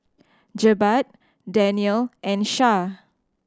Jebat Daniel and Syah